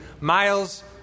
miles